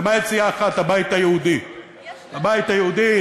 למעט סיעה אחת, הבית היהודי.